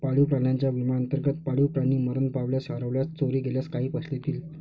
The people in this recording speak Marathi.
पाळीव प्राण्यांच्या विम्याअंतर्गत, पाळीव प्राणी मरण पावल्यास, हरवल्यास, चोरी गेल्यास काही पैसे देतील